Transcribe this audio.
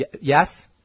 Yes